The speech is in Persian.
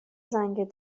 زنگ